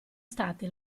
state